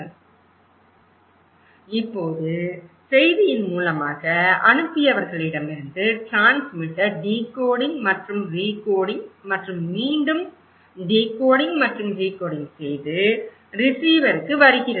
Refer Slide Time 1008 இப்போது செய்தியின் மூலமாக அனுப்பியவர்களிடமிருந்து டிரான்ஸ்மிட்டர் டிகோடிங் மற்றும் ரிகோடிங் மற்றும் மீண்டும் டிகோடிங் மற்றும் ரிகோடிங் செய்து ரிசீவருக்கு வருகிறது